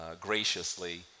graciously